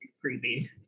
creepy